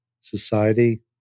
society